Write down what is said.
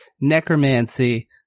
necromancy